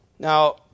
Now